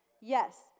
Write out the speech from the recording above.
Yes